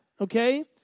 okay